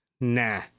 Nah